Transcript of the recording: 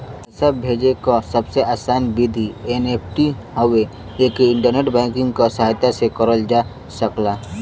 पैसा भेजे क सबसे आसान विधि एन.ई.एफ.टी हउवे एके इंटरनेट बैंकिंग क सहायता से करल जा सकल जाला